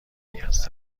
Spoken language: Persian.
نیاز